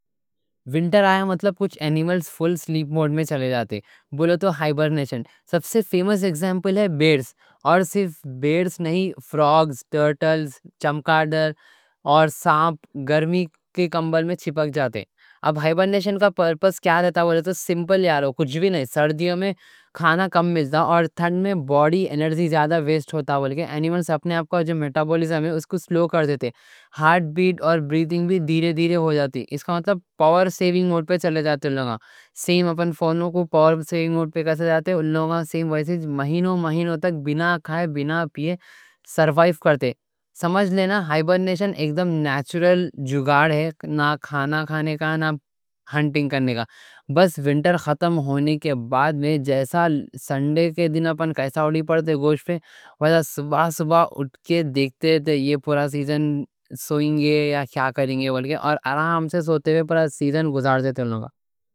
ونٹر آیا مطلب کچھ انیملز فل سلیپ موڈ میں چلے جاتے ہیں۔ بولے تو ہائبرنیشن سب سے فیمس ایگزامپل ہے بیرز۔ اور صرف بیرز نہیں، فروگز، ٹرٹلز، چمگاڈر اور ساپ گرمی کے کمبل میں لپٹ جاتے ہیں۔ اب ہائبرنیشن کا پرپس کیا رہتا، بولے تو سمپل یارو، کچھ بھی نہیں۔ سردیوں میں کھانا کم ملتا اور ٹھنڈ میں باڈی انرجی زیادہ ویسٹ ہوتا، بولے کہ انیملز اپنے آپ کا جو میٹابولزم ہے اس کو سلو کر دیتے۔ ہارٹ بیٹ اور بریتھنگ بھی دھیرے دھیرے ہو جاتی۔ اس کا مطلب پاور سیونگ موڈ پہ چلے جاتے ان لوگاں۔ سمجھ لینا ہائبرنیشن ایک دم نیچرل جگاڑ ہے، نہ کھانا کھانے کا نہ ہنٹنگ کرنے کا۔ بس ونٹر ختم ہونے کے بعد میں جیسا سنڈے کے دن اپن کیسا ہوری پڑتے گوشت پہ۔ ویسا صبح صبح اٹھ کے دیکھتے تھے یہ پورا سیزن سوئیں گے یا کیا کریں گے، بلکہ اور آرام سے سوتے سیزن گزار دیتے لوگاں۔